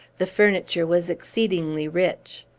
the furniture was exceedingly rich.